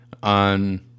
on